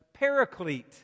paraclete